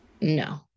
No